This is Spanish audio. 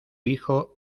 hijo